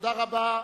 תודה רבה.